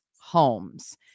homes